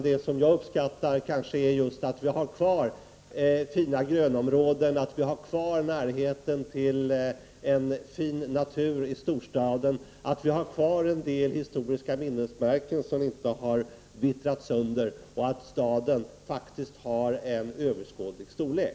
Det jag uppskattar är att vi har kvar fina grönområden och närheten till en vacker natur i storstaden, att vi har kvar en del historiska minnesmärken som inte har vittrat sönder och att staden har en överskådlig storlek.